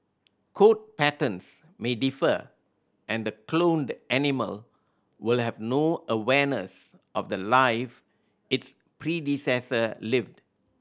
coat patterns may differ and the cloned animal will have no awareness of the life its predecessor lived